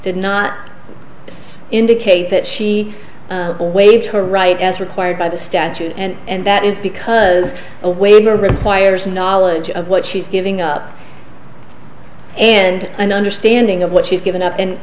did not indicate that she waived her right as required by the statute and that is because a waiver requires knowledge of what she's giving up and an understanding of what she's given up and